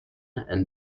and